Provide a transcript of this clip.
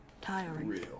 Tiring